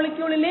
23 4